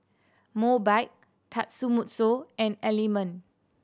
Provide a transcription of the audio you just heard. Mobike Tatsumoto and Element